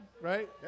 Right